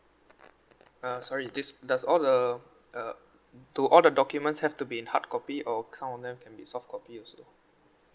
uh sorry this does all the uh do all the documents have to be in hard copy or some of them can be soft copy also